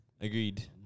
Agreed